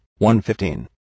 1.15